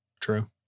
True